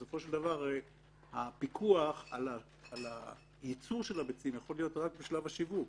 בסופו של דבר הפיקוח על הייצור של הביצים יכול להיות רק בשלב השיווק,